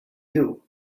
you